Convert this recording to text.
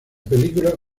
película